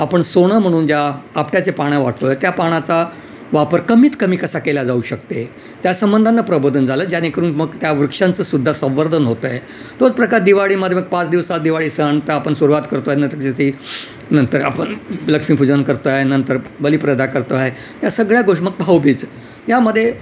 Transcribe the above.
आपण सोनं म्हणून ज्या आपट्याचे पानं वाटतो आहे त्या पानाचा वापर कमीत कमी कसा केला जाऊ शकते त्या संबंधांनं प्रबोधन झालं जेणेकरून मग त्या वृक्षांचं सुद्धा संवर्धन होतं आहे तोच प्रकार दिवाळीमध्ये मग पाच दिवसात दिवाळी सण त आपण सुरुवात करतो आहे नंतर आपण लक्ष्मीपूजन करतो आहे नंतर बलीप्रदा करतो आहे या सगळ्या गोष्ट मग भाऊबीज यामध्ये